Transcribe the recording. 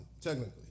technically